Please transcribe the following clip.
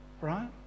right